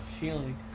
Feeling